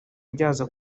byazo